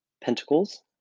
Pentacles